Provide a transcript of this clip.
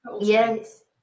yes